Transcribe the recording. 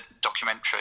documentary